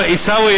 עיסאווי,